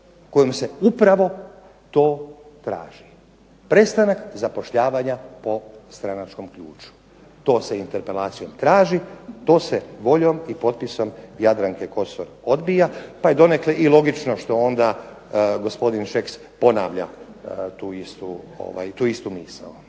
kojom se upravo to traži. Prestanak zapošljavanja po stranačkom ključu. To se interpelacijom traži to se voljom i potpisom Jadranke Kosor odbija, pa je donekle i logično što onda gospodin Šeks ponavlja tu istu misao.